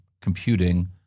computing